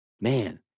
Man